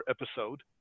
episode